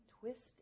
twist